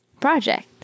project